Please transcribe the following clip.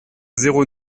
zéro